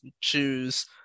choose